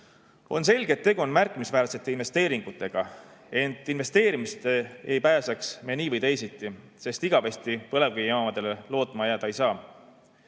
On selge, et tegu on märkimisväärsete investeeringutega, ent investeerimisest ei pääseks me nii või teisiti, sest igavesti põlevkivijaamadele lootma jääda ei saa.